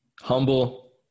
Humble